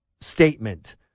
statement